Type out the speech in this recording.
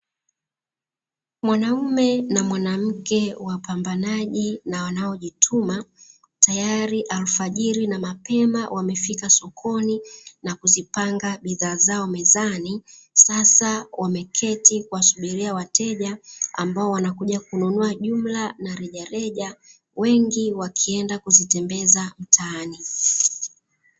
Mwanaume na mwanamke wapambanaji na wanaojituma tayari alfajiri na mapema wamefika sokoni, na kuzipanga bidhaa zao mezani sasa wameketi kuwasubiria wateja ambao wanakuja kununua jumla na rejareja wengi wakienda kuzitembeza mtaani.